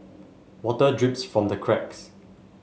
water drips from the cracks